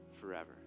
forever